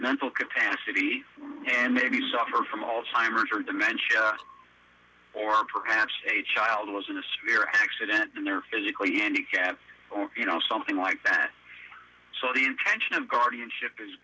mental capacity and maybe suffer from all timers or dementia or perhaps a child was in the sphere accident and they're physically handicapped or you know something like that so the intervention of guardianship is